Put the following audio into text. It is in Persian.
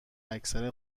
اکثر